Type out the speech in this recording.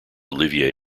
olivier